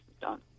done